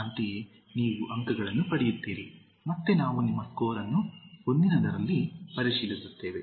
ಅಂತೆಯೇ ನೀವು ಅಂಕಗಳನ್ನು ಪಡೆಯುತ್ತೀರಿ ಮತ್ತೆ ನಾವು ನಿಮ್ಮ ಸ್ಕೋರ್ ಅನ್ನು ಮುಂದಿನದರಲ್ಲಿ ಪರಿಶೀಲಿಸುತ್ತೇವೆ